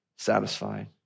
Satisfied